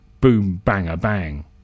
boom-bang-a-bang